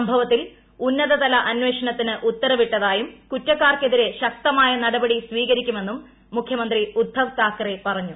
സംഭവത്തിൽ ഉന്നതതല അന്വേഷണത്തിന് ഉത്തരവിട്ടതായും കുറ്റക്കാർക്കെതിരെ ശക്തമായ നടപടി സ്വീകരിക്കുമെന്നും മുഖ്യമന്ത്രി ഉദ്ധവ് താക്കറെ പറഞ്ഞു